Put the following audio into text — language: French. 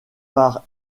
par